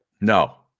No